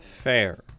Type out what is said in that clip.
Fair